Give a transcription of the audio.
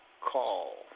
call